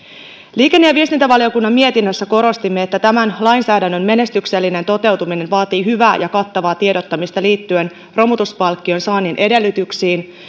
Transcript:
liikenne ja viestintävaliokunnan mietinnössä korostimme että tämän lainsäädännön menestyksellinen toteutuminen vaatii hyvää ja kattavaa tiedottamista liittyen romutuspalkkion saannin edellytyksiin